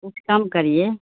کچھ کم کریے